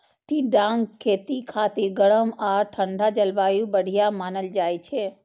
टिंडाक खेती खातिर गरम आ ठंढा जलवायु बढ़िया मानल जाइ छै